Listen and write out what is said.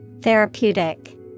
Therapeutic